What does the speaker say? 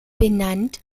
benannt